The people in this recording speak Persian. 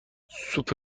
سوپ